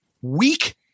weak